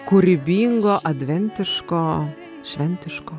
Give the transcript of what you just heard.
kūrybingo adventiško šventiško